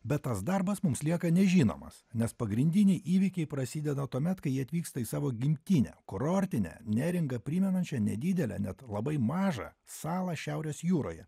bet tas darbas mums lieka nežinomas nes pagrindiniai įvykiai prasideda tuomet kai ji atvyksta į savo gimtinę kurortinę neringą primenančią nedidelę net labai mažą salą šiaurės jūroje